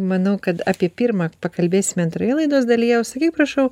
manau kad apie pirmą pakalbėsim antroje laidos dalyje o sakyk prašau